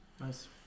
Nice